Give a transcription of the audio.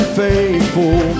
faithful